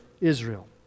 Israel